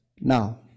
Now